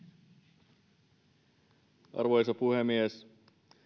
arvoisa puhemies